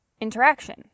interaction